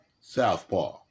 southpaw